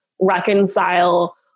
reconcile